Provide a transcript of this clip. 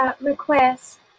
request